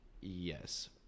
Yes